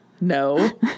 No